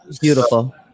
Beautiful